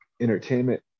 entertainment